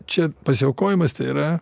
čia pasiaukojimas tai yra